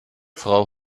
frau